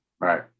Right